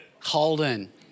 Holden